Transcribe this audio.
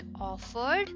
offered